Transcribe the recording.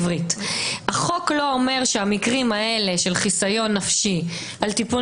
החוק לא אומר שהמקרים האלה של חיסיון נפשי על טיפול